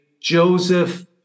Joseph